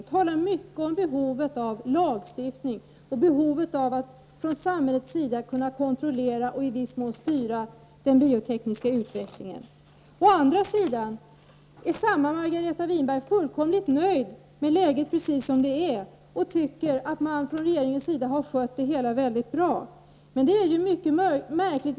Hon talar mycket om behovet av lagstiftning och behovet av att från samhällets sida kunna kontrollera och i viss mån styra den biotekniska utvecklingen. Å andra sidan är samma Margareta Winberg fullkomligt nöjd med läget precis som det är och tycker att man från regeringens sida har skött det hela väldigt bra. Det är ju mycket märkligt.